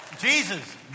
Jesus